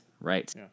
right